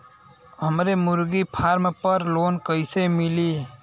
हमरे मुर्गी फार्म पर लोन कइसे मिली?